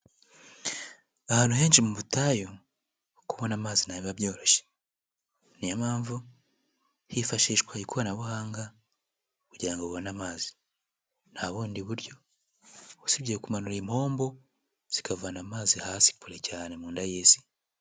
Ahantu henshi mu butayu kubona amazi ntabwo biba byoroshye, niyo mpamvu hifashishwa ikoranabuhanga kugirango ubone amazi nta bundi buryo, usibye kumanura impombo zikavana amazi hasi kure cyane mu nda y'Isi.